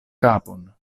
kapon